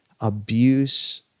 abuse